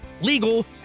legal